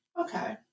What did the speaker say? Okay